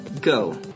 Go